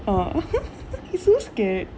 uh he so scared